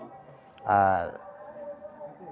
ᱟᱨ